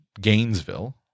Gainesville